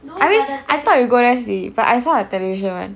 I mean I thought you go there see but I saw the television [one]